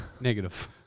Negative